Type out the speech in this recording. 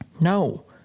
No